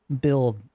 build